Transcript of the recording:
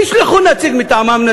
שישלחו נציג מטעמם,